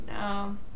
no